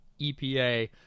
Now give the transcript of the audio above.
EPA